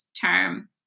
term